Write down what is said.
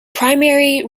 primary